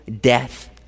death